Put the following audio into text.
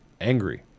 angry